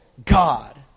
God